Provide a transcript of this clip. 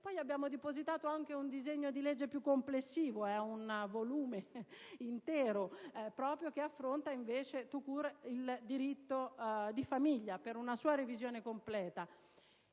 Poi abbiamo anche depositato un disegno di legge più complessivo: un volume intero che affronta invece *tout court* il diritto di famiglia per una sua revisione completa.